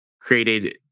created